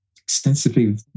extensively